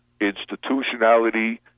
institutionality